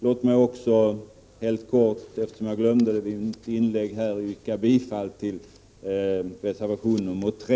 Låt mig även helt kort, eftersom jag glömde det i mitt förra inlägg, yrka bifall till reservation 3.